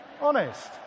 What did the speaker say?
Honest